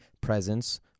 presence